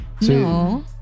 No